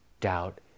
doubt